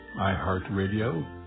iHeartRadio